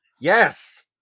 Yes